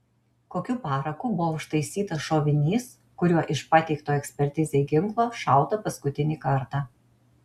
kokiu paraku buvo užtaisytas šovinys kuriuo iš pateikto ekspertizei ginklo šauta paskutinį kartą